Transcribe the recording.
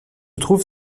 trouve